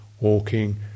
walking